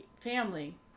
family